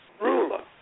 ruler